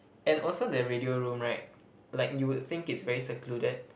and also the radio room right like you would think it's very secluded